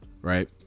right